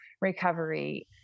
recovery